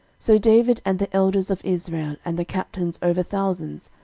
so david, and the elders of israel, and the captains over thousands,